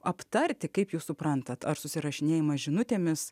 aptarti kaip jūs suprantat ar susirašinėjimas žinutėmis